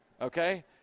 okay